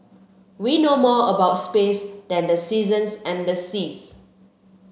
we know more about space than the seasons and the seas